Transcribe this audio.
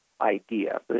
idea